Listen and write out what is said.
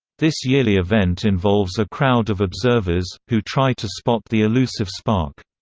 this yearly event involves a crowd of observers, who try to spot the elusive spark.